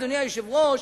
אדוני היושב-ראש,